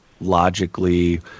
logically